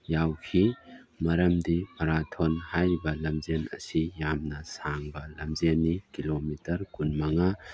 ꯌꯥꯎꯈꯤ ꯃꯔꯝꯗꯤ ꯃꯔꯥꯊꯣꯟ ꯍꯥꯏꯔꯤꯕ ꯂꯝꯖꯦꯜ ꯑꯁꯤ ꯌꯥꯝꯅ ꯁꯥꯡꯕ ꯂꯝꯖꯦꯜꯅꯤ ꯀꯤꯂꯣꯃꯤꯇꯔ ꯀꯨꯟ ꯃꯉꯥ